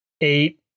eight